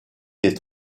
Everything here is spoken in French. des